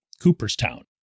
Cooperstown